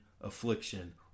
affliction